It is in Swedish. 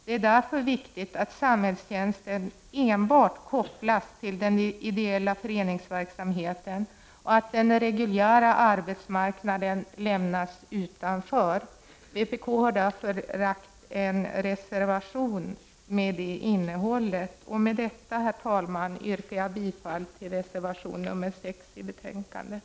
Det är därför viktigt att samhällstjänsten kopplas enbart till den ideella föreningsverksamheten och att den reguljära arbetsmarknaden lämnas utanför. Vpk har därför framlagt en reservation om detta. Med detta, herr talman, yrkar jag bifall till reservation nr 6 i betänkandet.